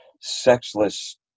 sexless